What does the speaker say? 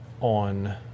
on